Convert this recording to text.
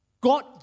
God